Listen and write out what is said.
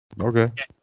Okay